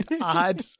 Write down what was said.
odd